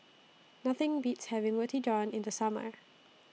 Nothing Beats having Roti John in The Summer